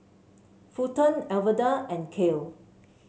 Fulton Alverda and Kael